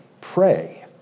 pray